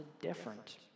different